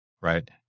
right